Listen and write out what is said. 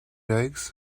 eggs